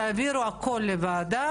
תעבירו את הכול לוועדה